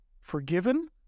forgiven